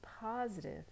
positive